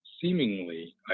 seemingly